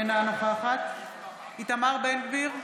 אינה נוכחת איתמר בן גביר,